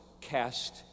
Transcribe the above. cast